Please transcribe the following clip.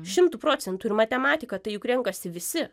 šimtu procentų ir matematiką tai juk renkasi visi